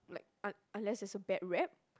like un~ unless there's a bad rep